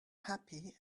happy